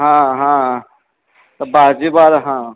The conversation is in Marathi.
हां हां तर भाजीपाला हां